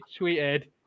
tweeted